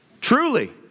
truly